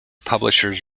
publishers